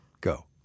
go